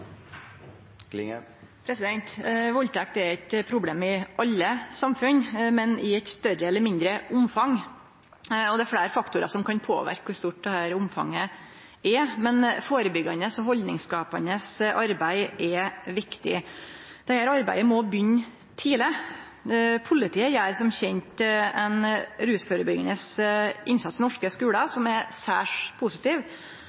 Valdtekt er eit problem i alle samfunn, men i eit større eller mindre omfang. Det er fleire faktorar som kan påverke kor stort dette omfanget er. Førebyggjande og haldningsskapande arbeid er viktig, og dette arbeidet må begynne tidleg. Politiet gjer som kjent ein rusførebyggjande innsats i norske skular,